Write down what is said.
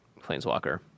Planeswalker